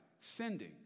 sending